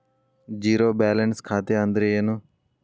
Zero balance ಖಾತೆ ಅಂದ್ರೆ ಏನು?